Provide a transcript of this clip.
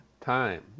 time